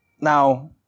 Now